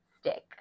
stick